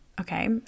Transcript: okay